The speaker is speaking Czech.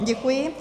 Děkuji.